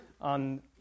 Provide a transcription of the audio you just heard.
on